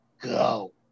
go